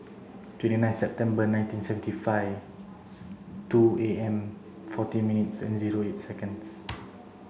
twenty nine September nineteen seventy five two A M forty minutes and zero eight seconds